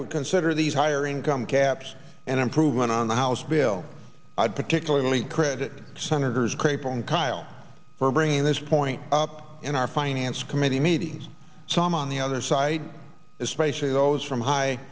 would consider these higher income caps an improvement on the house bill particularly credit senators craig from kyl for bringing this point up in our finance committee meetings some on the other side especially those from high